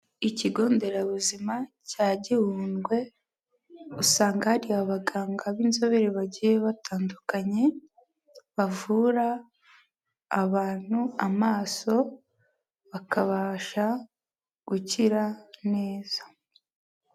Ikigo nderabuzima cya Gihundwe usanga hari abaganga b'inzobere bagiye batandukanye, bavura abantu amaso bakabasha gukira neza.